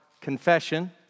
confession